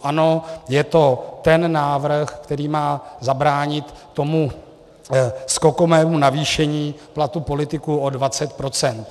Ano, je to ten návrh, který má zabránit skokovému navýšení platu politiků o 20 %.